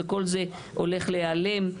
וכל זה הולך להיעלם.